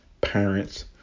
parents